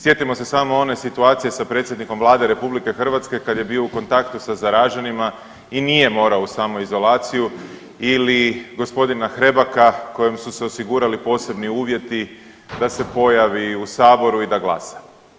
Sjetimo se samo one situacije sa predsjednikom Vlade RH kad je bio u kontaktu sa zaraženima i nije morao u samoizolaciju ili g. Hrebaka kojem su se osigurali posebni uvjeti da se pojavi u Saboru i da glasa.